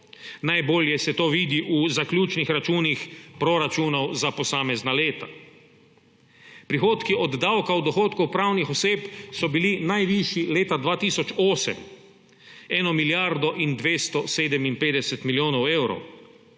Najbolje se to vidi v zaključnih računih proračunov za posamezna leta. Prihodki od davka od dohodkov pravnih oseb so bili najvišji leta 2008, eno milijardo in 257 milijonov evrov,